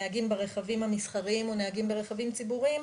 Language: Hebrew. נהגים ברכבים המסחריים או נהגים ברכבים הציבוריים,